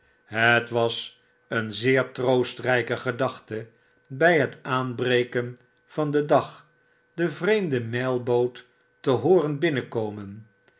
het was een zeertroostrijke gedachte by het aanbreken van den dag de vreemde mailbooten te hooren binnenkomen